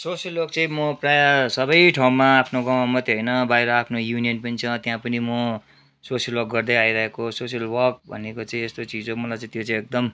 social work चाहिँ म प्रायः सबै ठाउँमा आफ्नो गाउँमा मात्र होइन बाहिर आफ्नो युनियन पनि छ त्यहाँ पनि म सोसियल वर्क गर्दै आइरहेको सोसियल वर्क भनेको चाहिँ यस्तो चिज हो मलाई चाहिँ त्यो एकदम